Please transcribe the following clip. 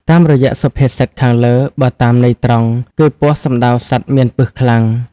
តាមរយ:សុភាសិតខាងលើ បើតាមន័យត្រង់គឹ ពស់សំដៅសត្វមានពឹសខ្លាំង ។